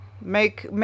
make